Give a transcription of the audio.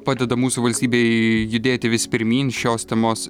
padeda mūsų valstybei judėti vis pirmyn šios temos